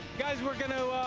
guys, we're going to